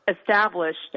established